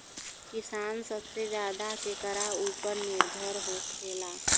किसान सबसे ज्यादा केकरा ऊपर निर्भर होखेला?